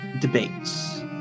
debates